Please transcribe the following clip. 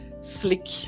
slick